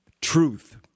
Truth